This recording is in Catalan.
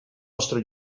nostre